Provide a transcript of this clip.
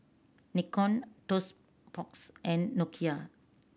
Nikon Toast Box and Nokia